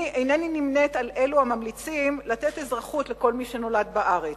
אני אינני נמנית עם אלו הממליצים לתת אזרחות לכל מי שנולד בארץ,